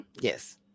yes